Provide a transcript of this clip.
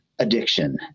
Addiction